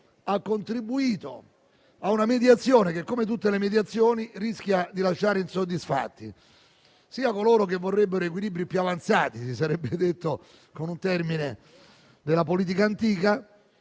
ha contribuito a una mediazione, che, come tutte, rischia di lasciare insoddisfatti sia coloro che vorrebbero equilibri più avanzati - così si sarebbe detto con un'espressione della politica antica